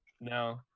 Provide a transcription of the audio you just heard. No